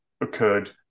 occurred